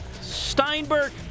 Steinberg